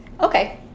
Okay